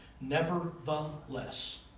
Nevertheless